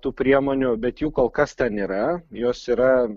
tų priemonių bet jų kol kas ten yra jos yra